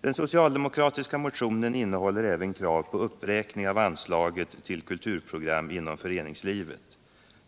Den socialdemokratiska motionen innehåller även krav på uppräkning av anslaget till kulturprogram inom föreningslivet.